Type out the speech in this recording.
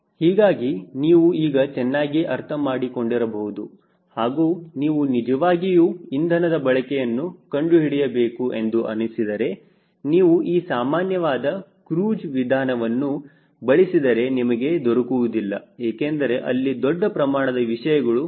ಹೀಗಾಗಿ ನೀವು ಈಗ ಚೆನ್ನಾಗಿ ಅರ್ಥ ಮಾಡಿಕೊಂಡಿರಬಹುದು ಹಾಗೂ ನೀವು ನಿಜವಾಗಿಯೂ ಇಂಧನದ ಬಳಕೆಯನ್ನು ಕಂಡುಹಿಡಿಯಬೇಕು ಎಂದು ಅನಿಸಿದರೆ ನೀವು ಈ ಸಾಮಾನ್ಯವಾದ ಕ್ರೂಜ್ ವಿಧಾನವನ್ನು ಬಳಸಿದರೆ ನಿಮಗೆ ದೊರಕುವುದಿಲ್ಲ ಏಕೆಂದರೆ ಅಲ್ಲಿ ದೊಡ್ಡ ಪ್ರಮಾಣದ ವಿಷಯಗಳು ಜರುಗುತ್ತಿವೆ